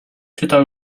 czytał